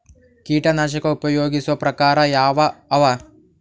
ಕೀಟನಾಶಕ ಉಪಯೋಗಿಸೊ ಪ್ರಕಾರ ಯಾವ ಅವ?